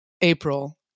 April